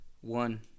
One